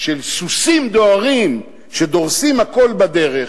של סוסים דוהרים שדורסים הכול בדרך,